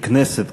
ככנסת,